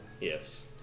Yes